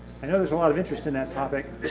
i know there's a lot of interest in that topic.